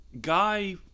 guy